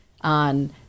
on